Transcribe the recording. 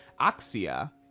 axia